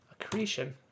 Accretion